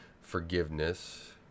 forgiveness